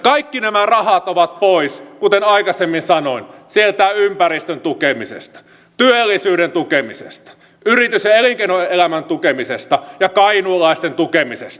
kaikki nämä rahat ovat pois kuten aikaisemmin sanoin sieltä ympäristön tukemisesta työllisyyden tukemisesta yritys ja elinkeinoelämän tukemisesta ja kainuulaisten tukemisesta